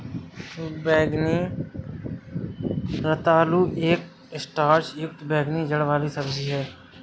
बैंगनी रतालू एक स्टार्च युक्त बैंगनी जड़ वाली सब्जी है